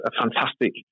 fantastic